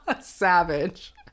savage